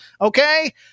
Okay